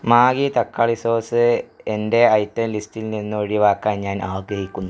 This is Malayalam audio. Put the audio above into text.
മാഗി തക്കാളി സോസ് എന്റെ ഐറ്റം ലിസ്റ്റിൽ നിന്നൊഴിവാക്കാൻ ഞാൻ ആഗ്രഹിക്കുന്നു